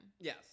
Yes